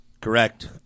Correct